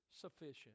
sufficient